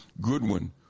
Goodwin